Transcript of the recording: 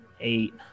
Eight